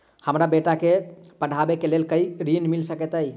हमरा बेटा केँ पढ़ाबै केँ लेल केँ ऋण मिल सकैत अई?